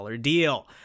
deal